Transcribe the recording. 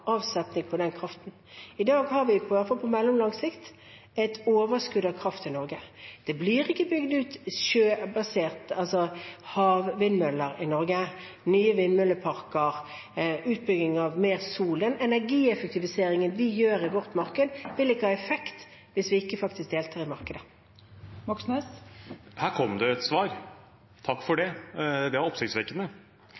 vi, iallfall på mellomlang sikt, et overskudd av kraft i Norge. Den energieffektiviseringen vi gjør i vårt marked, vil ikke ha effekt hvis vi ikke faktisk deltar i markedet, og da blir det ikke bygd ut havvindmøller, nye vindmølleparker eller mer solenergi i Norge. Det blir oppfølgingsspørsmål – først Bjørnar Moxnes. Her kom det et svar. Takk for